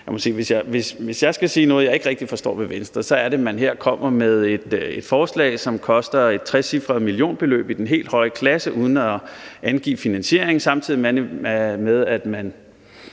hvis jeg skal sige noget, jeg ikke rigtig forstår ved Venstre, så er det, at Venstre her kommer med et forslag, som koster et trecifret millionbeløb i den helt høje klasse, uden at angive en finansiering. Samtidig med at man